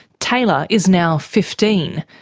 taylor is now fifteen,